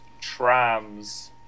trams